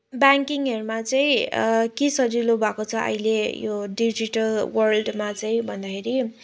ब्याङ्किङहरूमा चाहिँ के सजिलो भएको छ अहिले यो डिजिटल वर्ल्डमा चाहिँ भन्दाखेरि